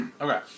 Okay